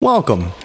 Welcome